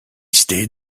stayed